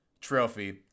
trophy